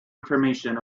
information